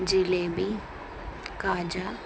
jalebi కాజా